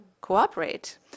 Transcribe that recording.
cooperate